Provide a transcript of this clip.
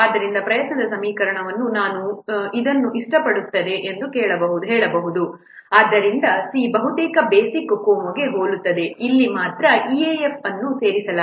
ಆದ್ದರಿಂದ ಪ್ರಯತ್ನದ ಸಮೀಕರಣವನ್ನು ನಾನು ಇದನ್ನು ಇಷ್ಟಪಡುತ್ತೇನೆ ಎಂದು ಹೇಳಬಹುದು Effortck ಆದ್ದರಿಂದ c ಬಹುತೇಕ ಬೇಸಿಕ್ COCOMO ಗೆ ಹೋಲುತ್ತದೆ ಇಲ್ಲಿ ಮಾತ್ರ ಇಎಎಫ್ ಅನ್ನು ಸೇರಿಸಲಾಗಿದೆ